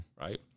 Right